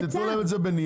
ואתם תנו להם את זה בנייר,